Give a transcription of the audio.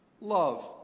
love